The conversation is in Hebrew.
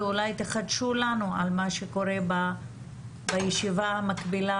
ואולי תחדשו לנו על מה שקורה בישיבה המקבילה